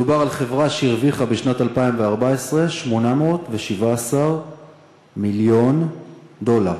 מדובר על חברה שהרוויחה בשנת 2014 817 מיליון דולר.